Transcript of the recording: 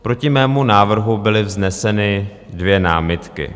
Proti mému návrhu byly vzneseny dvě námitky.